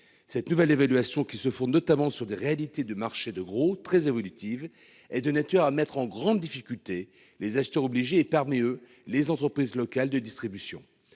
Cette nouvelle évaluation qui se font notamment sur des réalités de marché de gros, très évolutive et de nature à mettre en grande difficulté. Les acheteurs obligé et parmi eux les entreprises locales de distribution.